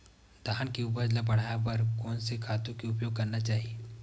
धान के उपज ल बढ़ाये बर कोन से खातु के उपयोग करना चाही?